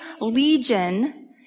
Legion